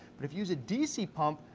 but if you use a dc pump,